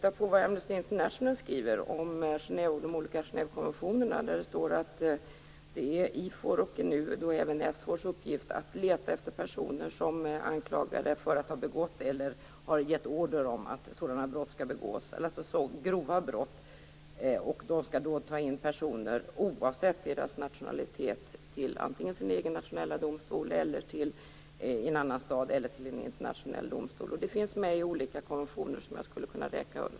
Amnesty International skriver om de olika Genèvekonventionerna: Det är IFOR:s och nu även SFOR:s uppgift att leta efter personer som är anklagade för att ha begått brott eller för att ha gett order om att grova brott skall begås. Man skall ta in personer oavsett deras nationalitet antingen till den egna nationella domstolen, till en annan stats domstol eller till en internationell domstol. Det finns med i olika konventioner som jag skulle kunna räkna upp.